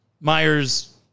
Myers